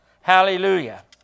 Hallelujah